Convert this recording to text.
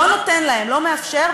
אז אנחנו עוברים להצבעה.